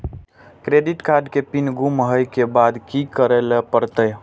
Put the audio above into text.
Credit card के pin गुम होय के बाद की करै ल परतै?